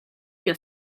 your